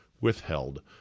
withheld